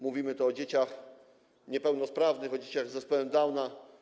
Mówimy tu o dzieciach niepełnosprawnych, o dzieciach z zespołem Downa.